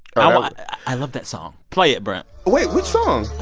i love that song. play it, brian but wait. which song?